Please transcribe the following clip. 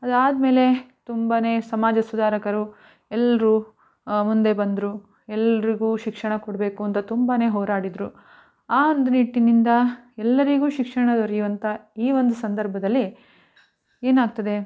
ಅದಾದಮೇಲೆ ತುಂಬಾ ಸಮಾಜ ಸುಧಾರಕರು ಎಲ್ಲರೂ ಮುಂದೆ ಬಂದರು ಎಲ್ಲರಿಗೂ ಶಿಕ್ಷಣ ಕೊಡಬೇಕು ಅಂತ ತುಂಬಾ ಹೋರಾಡಿದರು ಆ ಒಂದು ನಿಟ್ಟಿನಿಂದ ಎಲ್ಲರಿಗೂ ಶಿಕ್ಷಣ ದೊರೆಯುವಂಥ ಈ ಒಂದು ಸಂದರ್ಭದಲ್ಲಿ ಏನಾಗ್ತದೆ